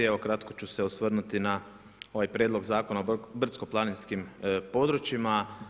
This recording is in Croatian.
Evo kratko ću se osvrnuti ovaj Prijedlog zakona o brdsko-planinskim područjima.